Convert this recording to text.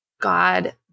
God